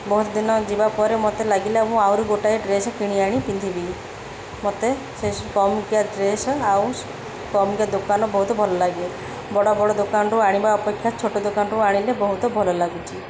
ବହୁତ ଦିନ ଯିବା ପରେ ମୋତେ ଲାଗିଲା ମୁଁ ଆହୁରି ଗୋଟାଏ ଡ୍ରେସ୍ କିଣି ଆଣି ପିନ୍ଧିବି ମତେ ସେ କମିକା ଡ୍ରେସ୍ ଆଉ କମିକା ଦୋକାନ ବହୁତ ଭଲ ଲାଗେ ବଡ଼ ବଡ଼ ଦୋକାନରୁୁ ଆଣିବା ଅପେକ୍ଷା ଛୋଟ ଦୋକାନଠୁ ଆଣିଲେ ବହୁତ ଭଲ ଲାଗୁଛି